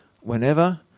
Whenever